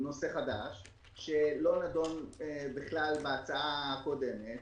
בנושא חדש שלא נדון בכלל בהצעה הקודמת,